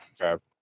Okay